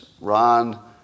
Ron